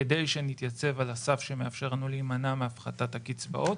כדי שנתייצב על הסף שמאפשר לנו להימנע מהפחתת הקצבאות.